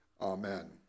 Amen